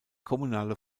kommunale